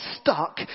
stuck